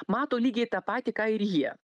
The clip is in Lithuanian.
mato lygiai tą patį ką ir jie